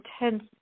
intense